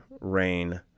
rain